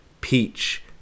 peach